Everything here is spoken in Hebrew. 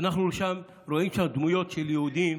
אנחנו רואים שם דמויות של יהודים